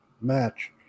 match